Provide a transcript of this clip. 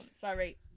Sorry